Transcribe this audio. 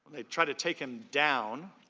they tried to take him down.